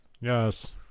Yes